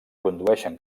condueixen